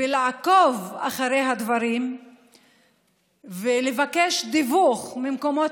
ולעקוב אחרי הדברים ולבקש דיווח ממקומות